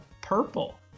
purple